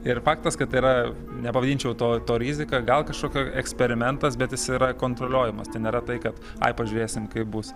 ir faktas kad tai yra nepavadinčiau to ro rizika gal kažkokio eksperimentas bet jis yra kontroliuojamas tai nėra tai kad ai pažiūrėsim kaip bus